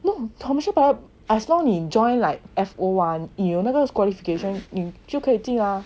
no commercial pilot as long 你 join like fo one 你有那个 qualification in 就可以进 ah